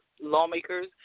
lawmakers